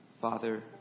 Father